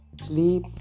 sleep